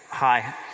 Hi